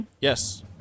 Yes